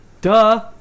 Duh